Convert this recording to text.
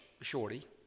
Shorty